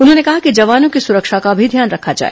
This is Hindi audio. उन्होंने कहा कि जवानों की सुरक्षा का भी ध्यान रखा जाए